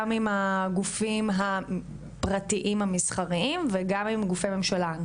גם עם הגופים הפרטיים המסחריים וגם עם גופי ממשלה,